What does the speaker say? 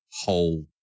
whole